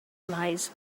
lies